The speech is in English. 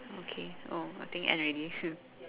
okay oh I think end already